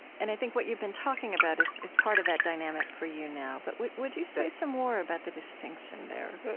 and i think what you've been talking about is is part of that dynamic for you now, but would would you say some more about the distinction there?